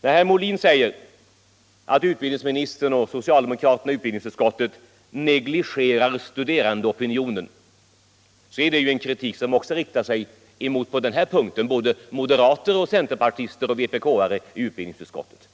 När herr Molin säger att utbildningsministern och socialdemokraterna i utbildningsutskottet negligerar studerandeopinionen är ju det en kritik som — på den här punkten — också riktar sig mot moderater och centerpartister och vpk:are i utbildningsutskottet,